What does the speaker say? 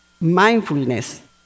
Mindfulness